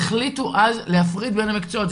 והחליטו אז להפריד בין המקצועות.